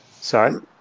Sorry